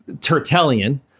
Tertullian